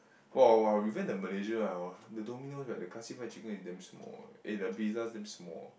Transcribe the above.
!wah! !wah! we went to Malaysia I want the Domino that the classic fried chicken is damn small and their pizza damn small